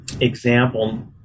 example